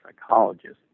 psychologist